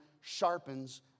sharpens